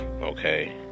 Okay